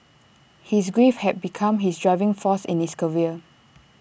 his grief had become his driving force in his career